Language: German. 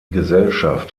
gesellschaft